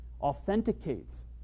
Authenticates